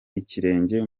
ikirenge